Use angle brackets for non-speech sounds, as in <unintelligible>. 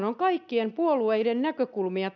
<unintelligible> on kaikkien puolueiden näkökulmia <unintelligible>